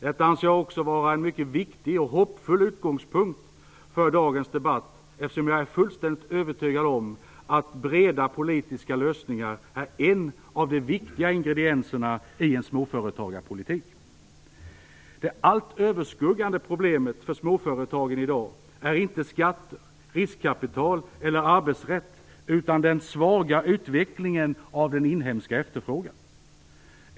Det anser jag också vara en viktig och hoppfull utgångspunkt för dagens debatt, eftersom jag är fullständigt övertygad om att breda politiska lösningar är en av de viktiga ingredienserna i en småföretagarpolitik. Det allt överskuggande problemet för småföretagen i dag är inte skatter, riskkapital eller arbetsrätt utan den svaga utvecklingen av den inhemska efterfrågan.